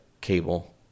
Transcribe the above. cable